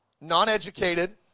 non-educated